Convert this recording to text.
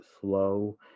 slow